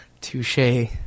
touche